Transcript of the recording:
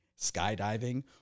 skydiving